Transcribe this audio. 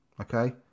Okay